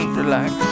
relax